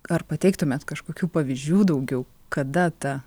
ar pateiktumėt kažkokių pavyzdžių daugiau kada ta